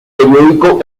periódico